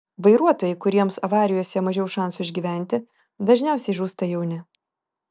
vairuotojai kuriems avarijose mažiau šansų išgyventi dažniausiai žūsta jauni